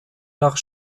nach